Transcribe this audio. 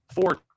four